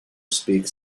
speaks